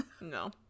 No